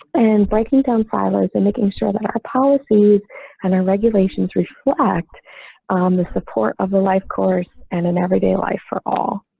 and breaking down silos and making sure that our policies and our regulations reflect um the support of the life course and an everyday life for all